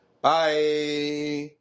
bye